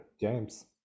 James